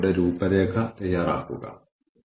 അവതരണത്തിന്റെ അവസാനം എന്തായാലും ഞാൻ ആ ലിങ്ക് കാണിക്കും